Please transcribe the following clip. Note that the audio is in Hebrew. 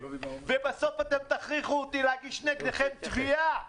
ובסוף אתם תכריחו אותי להגיש נגדכם תביעה.